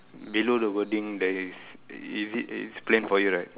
below the wording there is is it it's plain for you right